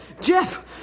Jeff